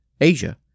Asia